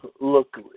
look